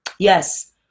Yes